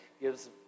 gives